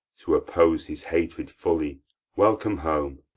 to oppose his hatred fully welcome home.